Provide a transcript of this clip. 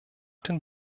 den